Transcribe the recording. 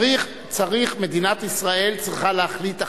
מדינת ישראל צריכה להחליט.